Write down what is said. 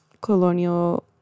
colonial